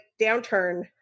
downturn